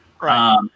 Right